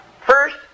First